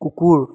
কুকুৰ